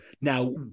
Now